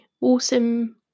awesome